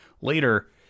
Later